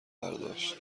برداشت